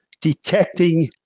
detecting